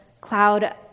cloud